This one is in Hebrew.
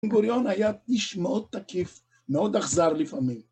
גוריון היה איש מאוד תקיף, מאוד אכזר לפעמים.